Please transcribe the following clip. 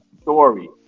story